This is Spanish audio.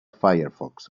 firefox